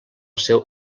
seu